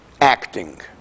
acting